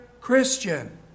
Christian